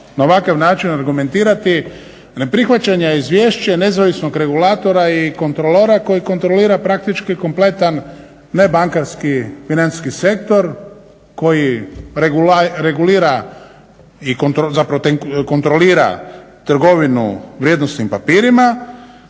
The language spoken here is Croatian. na ovakav način argumentirati neprihvaćanje izvješća nezavisnog regulatora i kontrolora koji kontrolira praktički kompletan nebankarski financijski sektor koji regulira i zapravo kontrolira trgovinu vrijednosnim papirima.